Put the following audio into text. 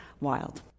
wild